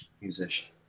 musician